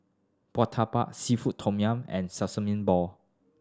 Murtabak Seafood Tom Yum and Sesame Ball